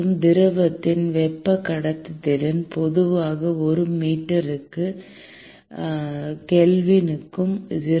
மற்றும் திரவத்தின் வெப்ப கடத்துத்திறன் பொதுவாக ஒரு மீட்டருக்கு கெல்வினுக்கு 0